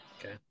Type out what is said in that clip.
Okay